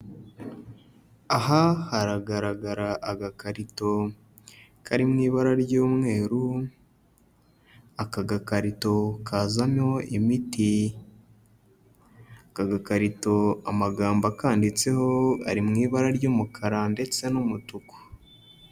Aha haragaragara agakarito kari mu ibara ry'umweru, aka gakarito kazamo imiti, aka gakarito amagambo akanditseho ari mu ibara ry'umukara ndetse n'umutuku.